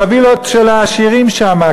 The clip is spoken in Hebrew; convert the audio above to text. אל הווילות של העשירים שם.